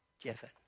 given